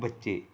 ਬੱਚੇ